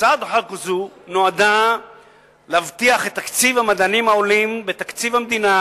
הצעת החוק הזאת נועדה להבטיח את תקציב המדענים העולים בתקציב המדינה,